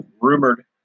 rumored